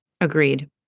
Agreed